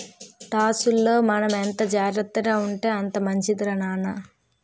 టాక్సుల్లో మనం ఎంత జాగ్రత్తగా ఉంటే అంత మంచిదిరా నాన్న